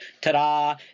Ta-da